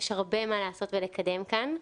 יש הרבה מה לעשות ולקדם כאן.